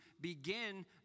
begin